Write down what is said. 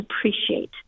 appreciate